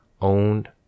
owned